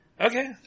Okay